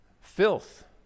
filth